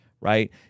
right